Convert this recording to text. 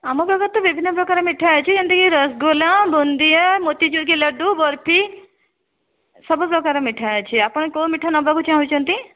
ଆମ ପାଖରେ ତ ବିଭିନ୍ନପ୍ରକାର ମିଠା ଅଛି ଯେମିତି କି ରସଗୋଲା ବୁନ୍ଦିଆ ମୋତିଚୁର୍ କେ ଲଡ଼ୁ ବର୍ଫି ସବୁପ୍ରକାର ମିଠା ଅଛି ଆପଣ କେଉଁ ମିଠା ନେବାକୁ ଚାହୁଁଛନ୍ତି